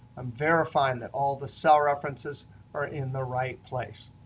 i'm verifying that all the cell references are in the right place.